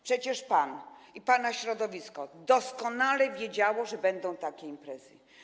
Przecież pan i pana środowisko doskonale wiedzieliście, że będą takie imprezy.